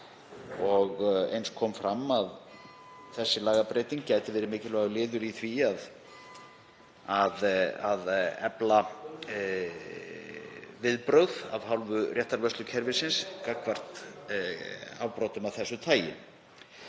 Eins kom fram að þessi lagabreyting gæti verið mikilvægur liður í því að efla viðbrögð af hálfu réttarvörslukerfisins gagnvart afbrotum af þessu tagi.